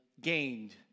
gained